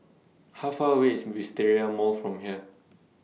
How Far away IS Wisteria Mall from here